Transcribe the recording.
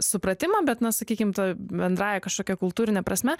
supratimą bet na sakykim bendrąja kažkokia kultūrine prasme